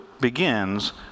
begins